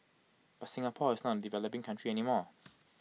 but Singapore is not A developing country any more